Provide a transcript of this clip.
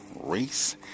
race